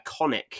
iconic